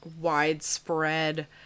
widespread